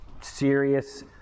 serious